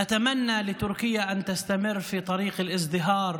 אנו מאחלים לטורקיה להמשיך בדרך המשגשגת,